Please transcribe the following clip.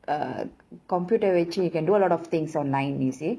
uh computer வச்சி:vachi you can do a lot of things online you see